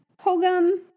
Hogum